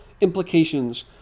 implications